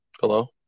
Hello